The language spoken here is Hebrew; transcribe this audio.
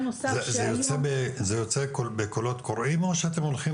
זה יוצא בקולות קוראים או שאתם הולכים